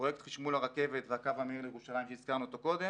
פרויקט חשמול הרכבת והקו המהיר לירושלים שהזכרנו אותו קודם